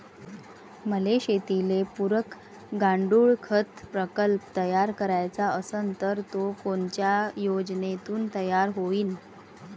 मले शेतीले पुरक गांडूळखत प्रकल्प तयार करायचा असन तर तो कोनच्या योजनेतून तयार होईन?